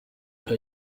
per